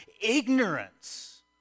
ignorance